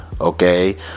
okay